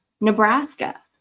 Nebraska